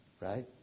Right